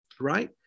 right